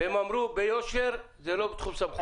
והן אמרו ביושר שזה לא בתחום סמכותם.